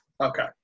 Okay